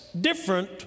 different